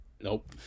Nope